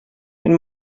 wenn